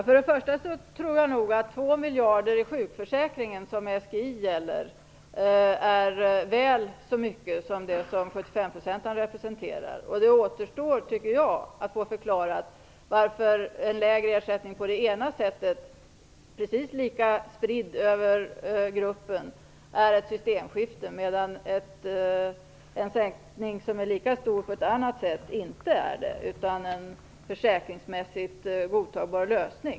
Fru talman! Jag tror nog att två miljarder i sjukförsäkringen, som SGI gäller, är väl så mycket som det som 75-procentarna representerar. Det återstår att få förklarat varför lägre ersättning på det ena sättet - precis lika spridd över gruppen - innebär systemskifte, medan en sänkning som är lika stor men som görs på ett annat sätt inte innebär systemskifte utan är en försäkringsmässigt godtagbar lösning.